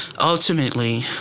Ultimately